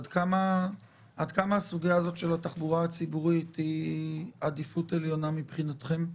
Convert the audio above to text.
עד כמה הסוגיה הזאת של התחבורה הציבורית היא עדיפות עליונה מבחינתכם?